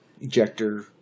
ejector